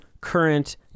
current